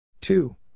Two